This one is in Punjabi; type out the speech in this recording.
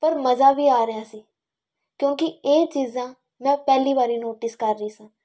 ਪਰ ਮਜ਼ਾ ਵੀ ਆ ਰਿਹਾ ਸੀ ਕਿਉਂਕਿ ਇਹ ਚੀਜ਼ਾਂ ਮੈਂ ਪਹਿਲੀ ਵਾਰੀ ਨੋਟਿਸ ਕਰ ਰਹੀ ਸਾਂ